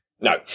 no